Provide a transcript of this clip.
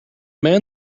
man